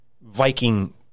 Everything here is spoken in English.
Viking